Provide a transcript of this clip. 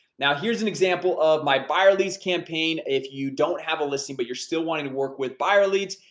now, here's an example of my buyer leads campaign. if you don't have a listing but you're still wanting to work with buyer leads,